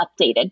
updated